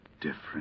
different